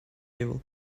evil